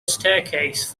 staircase